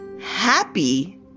Happy